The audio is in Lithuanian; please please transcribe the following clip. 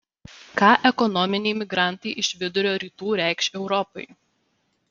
ką ekonominiai migrantai iš vidurio rytų reikš europai